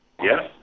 Yes